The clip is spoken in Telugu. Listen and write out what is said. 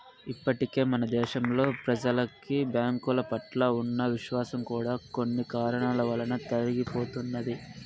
ఇప్పటికే మన దేశంలో ప్రెజలకి బ్యాంకుల పట్ల ఉన్న విశ్వాసం కూడా కొన్ని కారణాల వలన తరిగిపోతున్నది